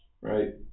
right